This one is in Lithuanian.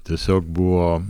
tiesiog buvo